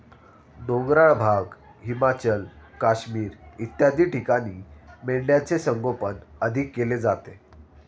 डोंगराळ भाग, हिमाचल, काश्मीर इत्यादी ठिकाणी मेंढ्यांचे संगोपन अधिक केले जाते